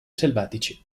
selvatici